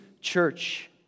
church